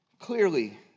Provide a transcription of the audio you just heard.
Clearly